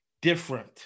different